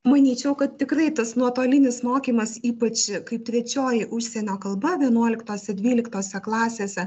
manyčiau kad tikrai tas nuotolinis mokymas ypač kaip trečioji užsienio kalba vienuoliktose dvyliktose klasėse